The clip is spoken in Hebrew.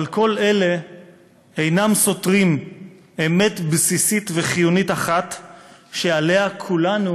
אבל כל אלה אינם סותרים אמת בסיסית וחיונית אחת שעליה כולנו